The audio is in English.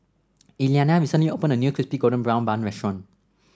Elianna recently opened a new Crispy Golden Brown Bun restaurant